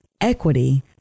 equity